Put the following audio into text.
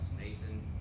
Nathan